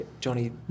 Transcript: Johnny